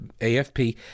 AFP